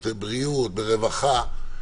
בריאות, רווחה וכן הלאה.